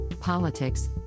politics